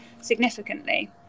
significantly